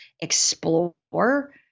explore